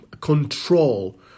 control